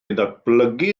ddatblygu